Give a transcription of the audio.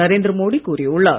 நரேந்திர மோடி கூறியுள்ளார்